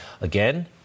Again